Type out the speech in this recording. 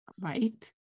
right